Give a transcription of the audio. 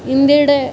ഇന്ത്യയുടെ